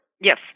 Yes